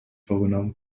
vorgenommen